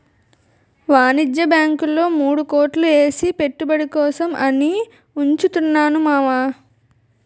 వాణిజ్య బాంకుల్లో మూడు కోట్లు ఏసి పెట్టుబడి కోసం అని ఉంచుతున్నాను మావా